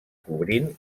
cobrint